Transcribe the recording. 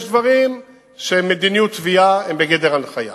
יש דברים שהם מדיניות תביעה, הם בגדר הנחיה.